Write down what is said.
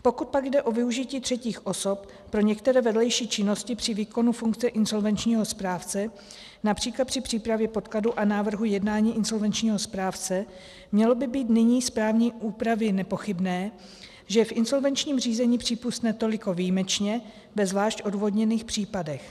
Pokud pak jde o využití třetích osob pro některé vedlejší činnosti při výkonu funkce insolvenčního správce, např. při přípravě podkladů a návrhů jednání insolvenčního správce, mělo by být nyní z právní úpravy nepochybné, že je v insolvenčním řízení přípustné toliko výjimečně ve zvlášť odůvodněných případech.